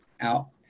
out